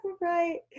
Right